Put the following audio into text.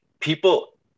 people